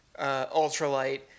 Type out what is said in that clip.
ultralight